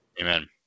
Amen